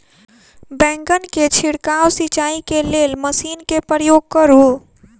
बैंगन केँ छिड़काव सिचाई केँ लेल केँ मशीन केँ प्रयोग करू?